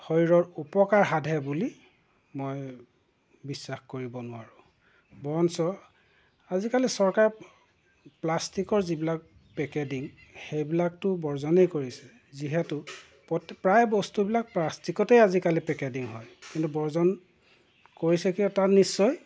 শৰীৰৰ উপকাৰ সাধে বুলি মই বিশ্বাস কৰিব নোৱাৰোঁ বৰঞ্চ আজিকালি চৰকাৰে প্লাষ্টিকৰ যিবিলাক পেকেটিং সেইবিলাকটো বৰ্জনেই কৰিছে যিহেতু প্ৰায় বস্তুবিলাক প্লাষ্টিকতে আজিকালি পেকেটিং হয় কিন্তু বৰ্জন কৰিছেগে তাত নিশ্চয়